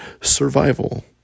survival